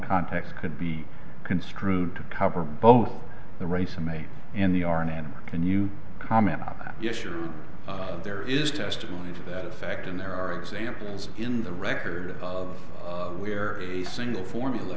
context could be construed to cover both the race i made in the r n and can you comment on that issue there is testimony to that effect and there are examples in the record of we're a single formula